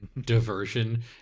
diversion